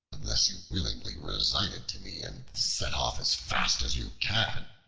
unless you willingly resign it to me, and set off as fast as you can.